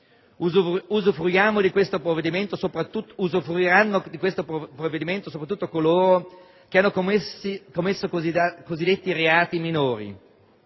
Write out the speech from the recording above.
usufruiranno di questo provvedimento soprattutto coloro che hanno commesso cosiddetti reati minori.